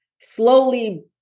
slowly